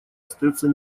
остается